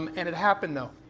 um and it happened though.